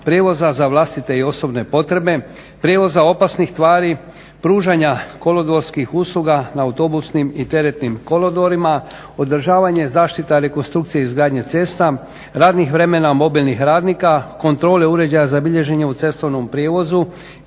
prijevoza za vlastite i osobne potrebe, prijevoza opasnih tvari, pružanja kolodvorskih usluga na autobusnim i teretnim kolodvorima, održavanja, zaštita, rekonstrukcija izgradnja cesta, radnih vremena mobilnih radnika, kontrole uređaja za bilježenje u cestovnom prijevozu